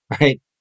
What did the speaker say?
right